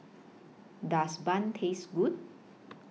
Does Bun Taste Good